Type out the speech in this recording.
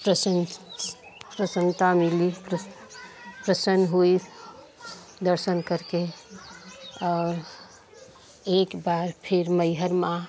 प्रसन्न प्रसन्नता मिली प्रसन्न हुई दर्शन करके और एक बार फिर मैहर माँ